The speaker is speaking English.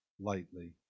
lightly